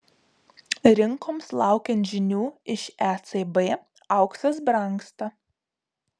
rinkoms laukiant žinių iš ecb auksas brangsta